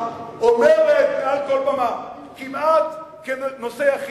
אומרת מעל כל במה כנושא יחיד,